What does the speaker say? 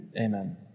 Amen